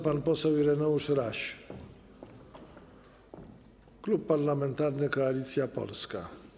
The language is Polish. Pan poseł Ireneusz Raś, Klub Parlamentarny Koalicja Polska.